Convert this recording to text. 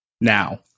Now